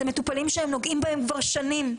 זה מטופלים שהם נוגעים בהם כבר שנים.